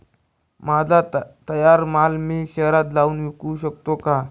माझा तयार माल मी शहरात जाऊन विकू शकतो का?